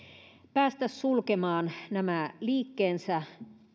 päästä sulkemaan nämä liikkeensä